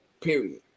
period